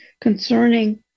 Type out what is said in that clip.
concerning